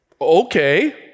Okay